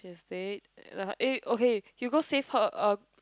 just dead eh uh okay you go save her uh